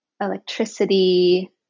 electricity